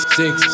six